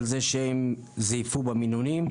על כך שהם זייפו במינונים.